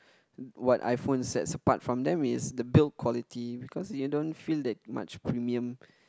uh what iPhones sets apart from them is the build quality because you don't feel that much premium